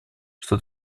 что